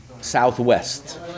southwest